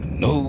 no